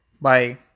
Bye